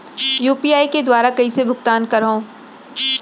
UPI के दुवारा कइसे भुगतान करहों?